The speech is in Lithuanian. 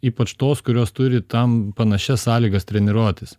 ypač tos kurios turi tam panašias sąlygas treniruotis